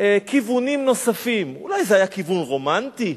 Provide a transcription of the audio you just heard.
כיוונים נוספים, אולי זה היה כיוון רומנטי,